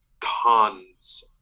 tons